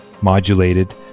modulated